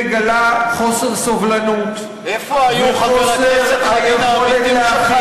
היא מגלה חוסר סובלנות וחוסר יכולת להכיל ביקורת,